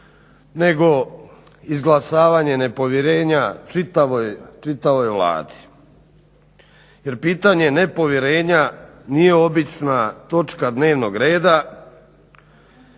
nego izglasavanje nepovjerenja čitavoj Vladi. Jer pitanje nepovjerenja nije obična točka dnevnog reda